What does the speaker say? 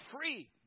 free